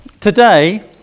today